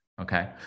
Okay